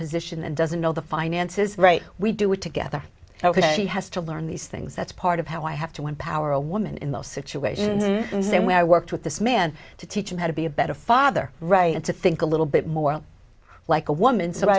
position and doesn't know the finances right we do it together ok she has to learn these things that's part of how i have to empower a woman in those situations and then when i worked with this man to teach him how to be a better father right and to think a little bit more like a woman so i